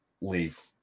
leave